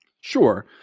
Sure